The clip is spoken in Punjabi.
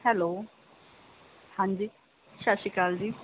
ਹੈਲੋ ਹਾਂਜੀ ਸਤਿ ਸ਼੍ਰੀ ਅਕਾਲ ਜੀ